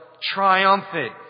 triumphant